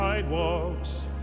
Sidewalks